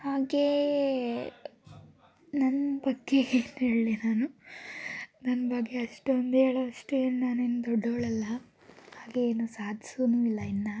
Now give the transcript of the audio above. ಹಾಗೆ ನನ್ನ ಬಗ್ಗೆ ಏನು ಹೇಳ್ಳಿ ನಾನು ನನ್ನ ಬಗ್ಗೆ ಅಷ್ಟೊಂದು ಹೇಳೋಷ್ಟು ಏನು ನಾನೇನು ದೊಡ್ಡೋಳಲ್ಲ ಹಾಗೆ ಏನು ಸಾದ್ಸೂನು ಇಲ್ಲ ಇನ್ನೂ